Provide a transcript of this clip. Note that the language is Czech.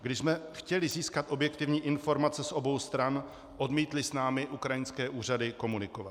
Když jsme chtěli získat objektivní informace z obou stran, odmítly s námi ukrajinské úřady komunikovat.